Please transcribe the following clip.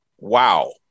wow